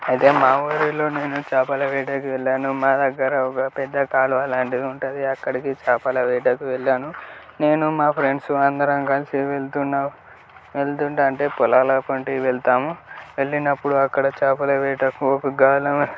అయితే మా వూరిలో నేను చేపల వేటకి వెళ్ళాను మా దగ్గర పెద్ద కాలువ లాంటివి ఉంటాది అక్కడికి చేపల వేటకి వెళ్లాను నేను మా ఫ్రెండ్స్ అందరం కలిసి వెళ్తున్నా వెళ్తుంటే పొలాలు అటువంటివి వెళ్తుంటాము వెళ్ళినప్పుడు అక్కడ చేపలు వేటకు ఒక గాలము